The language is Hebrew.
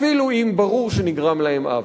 אפילו אם ברור שנגרם להם עוול.